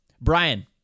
Brian